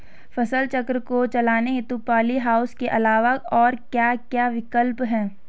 फसल चक्र को चलाने हेतु पॉली हाउस के अलावा और क्या क्या विकल्प हैं?